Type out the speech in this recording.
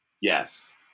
Yes